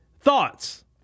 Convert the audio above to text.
thoughts